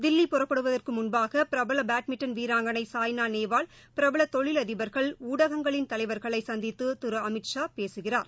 தில்லி புறப்படுவதற்குமுன்பாகபிரபலபேட்மிண்டன் வீராங்கனை சாய்னாநேவால் பிரபலதொழிலதிபர்கள் ஊடகங்களின் தலைவர்களைசந்தித்துதிருஅமித்ஷா பேசுகிறார்